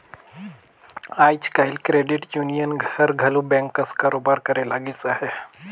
आएज काएल credit union हर घलो बेंक कस कारोबार करे लगिस अहे